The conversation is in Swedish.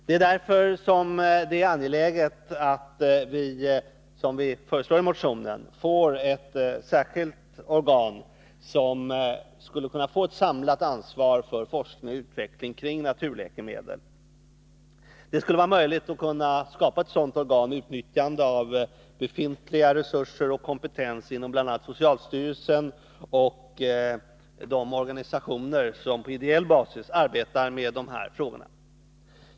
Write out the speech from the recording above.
Det är därför angeläget att vi, som vi föreslår i motionen, får ett särskilt organ som skall kunna få ett samlat ansvar för forskning och utveckling kring naturläkemedel. Det skulle vara möjligt att skapa ett sådant organ med utnyttjande av befintliga resurser och kompetens inom bl.a. socialstyrelsen och de organisationer som på ideell basis arbetar med de här frågorna.